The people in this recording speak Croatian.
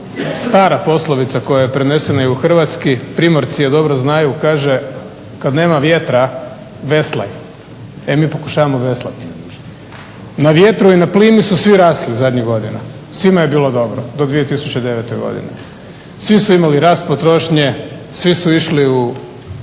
stara poslovica koja je prenesena i u hrvatski, primorci je dobro znaju, kaže "kad nema vjetra veslaj". E mi pokušavamo veslati. Na vjetru i na plimi su svi rasli zadnjih godina, svima je bilo dobro do 2009. godine. Svi su imali rast potrošnje, svi su išli u